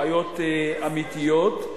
בעיות אמיתיות.